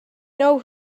know